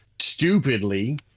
stupidly